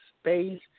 space